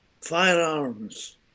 firearms